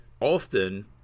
often